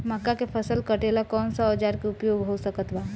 मक्का के फसल कटेला कौन सा औजार के उपयोग हो सकत बा?